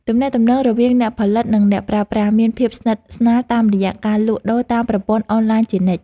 ទំនាក់ទំនងរវាងអ្នកផលិត និងអ្នកប្រើប្រាស់មានភាពស្និទ្ធស្នាលតាមរយៈការលក់ដូរតាមប្រព័ន្ធអនឡាញជានិច្ច។